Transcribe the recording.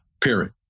period